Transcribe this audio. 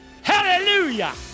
Hallelujah